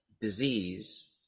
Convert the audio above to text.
disease